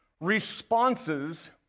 responses